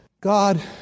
God